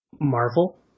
Marvel